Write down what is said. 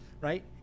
right